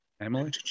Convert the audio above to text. Emily